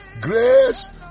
Grace